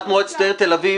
כי הוא פועל בסכנה,